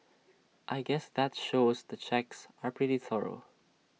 I guess that shows the checks are pretty thorough